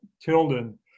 Tilden